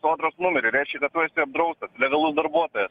sodros numerį reiškia kad tu esi apdraustas legalus darbuotojas